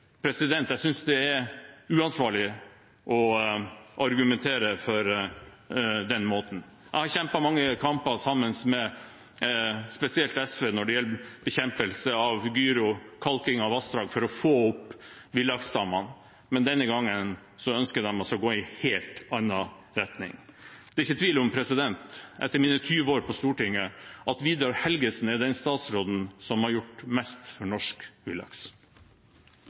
Jeg synes det er uansvarlig å argumentere på den måten. Jeg har kjempet mange kamper sammen med spesielt SV når det gjelder bekjempelse av gyro med kalking av vassdrag for å få opp villaksstammene, men denne gangen ønsker de å gå i en helt annen retning. Det er ikke tvil om – etter mine 20 år på Stortinget – at Vidar Helgesen er den statsråden som har gjort mest for norsk villaks.